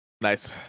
Nice